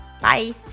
Bye